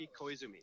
Koizumi